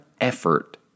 effort